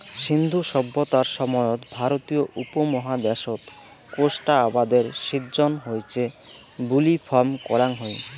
সিন্ধু সভ্যতার সময়ত ভারতীয় উপমহাদ্যাশত কোষ্টা আবাদের সিজ্জন হইচে বুলি ফম করাং হই